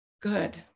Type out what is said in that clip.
good